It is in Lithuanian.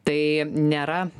tai nėra